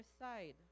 side